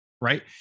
Right